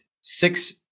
six